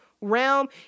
realm